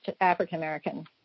African-American